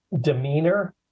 demeanor